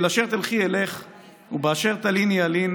אי-אפשר להשאיר את החברה הערבית בסיטואציה הזאת.